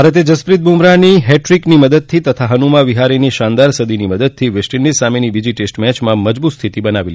ભારતે જસપ્રીત બુમરાહની હેટ્રિક તથા હનુમા વિહારીની શાનદાર સદીની મદદથી વેસ્ટ ઇન્ડિઝ સામેની બીજી ટેસ્ટ મેચમાં સ્થિતિ મજબૂત બનાવી છે